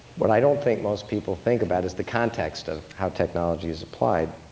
what i don't think most people think about is the context of how technology is applied.